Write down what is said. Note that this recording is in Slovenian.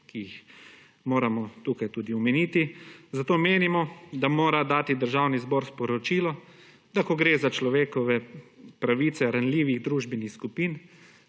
ki jih moramo tukaj tudi omeniti, zato menimo, da mora dati Državni zbor sporočilo, da ko gre za človekove pravice ranljivih družbenih skupin,